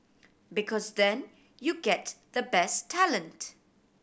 because then you get the best talent